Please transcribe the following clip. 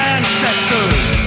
ancestors